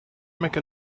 make